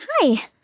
Hi